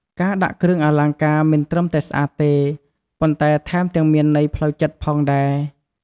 ការដាក់គ្រឿងអលង្ការមិនត្រឹមតែស្អាតទេ ប៉ុន្តែថែមទាំងមានន័យផ្លូវចិត្តផងដែរ។